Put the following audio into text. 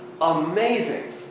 Amazing